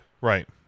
right